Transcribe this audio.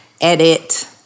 edit